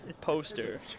poster